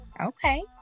okay